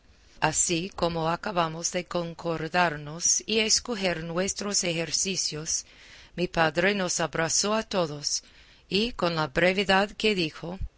así como acabamos de concordarnos y escoger nuestros ejercicios mi padre nos abrazó a todos y con la brevedad que dijo